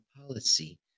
policy